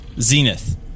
Zenith